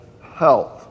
health